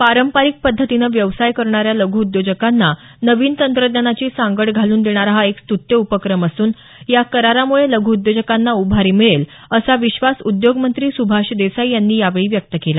पारंपरिक पद्धतीनं व्यवसाय करणाऱ्या लघु उद्योजकांना नवीन तंत्रज्ञानाची सांगड घालून देणारा हा एक स्तुत्य उपक्रम असून या करारामुळे लघू उद्योजकांना उभारी मिळेल असा विश्वास उद्योगमंत्री सुभाष देसाई यांनी यावेळी व्यक्त केला